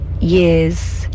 years